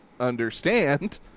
Understand